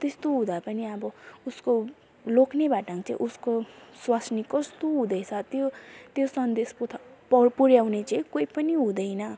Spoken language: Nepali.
त्यस्तो हुदाँ पनि अब उसको लोग्ने भएको ठाउँमा चाहिँ उसको स्वास्नी कस्तो हुँदैछ त्यो त्यो सन्देश पुऱ्याउने चाहिँ कोही पनि हुँदैन